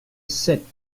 sept